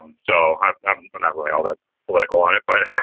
so i'm not and but not really all that political on it. but,